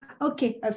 Okay